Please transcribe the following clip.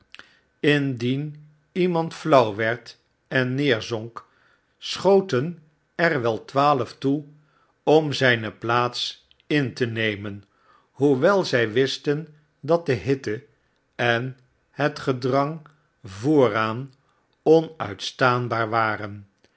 indien iemand flauw werd en neerzonk schoten er wel twaalf toe om zijne plaats in te nemen hoewel zij wisten dat de hitte en het gedrang vooraan onuitstaanbaar waren